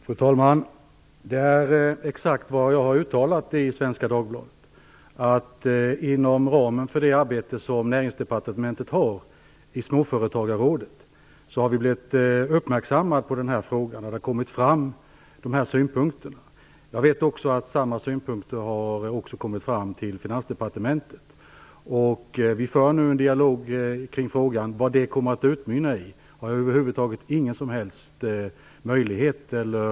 Fru talman! Det som tas upp i frågan är exakt vad jag har uttalat i Svenska Dagbladet. Inom ramen för det arbete som Näringsdepartementet har i Småföretagarrådet har vi blivit uppmärksammade på denna fråga, och de här synpunkterna har kommit fram. Jag vet att samma synpunkter har kommit fram också till Vi för nu en dialog kring frågan. Vad den kommer att utmynna i har jag ingen som helst möjlighet att uttala mig om.